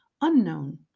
unknown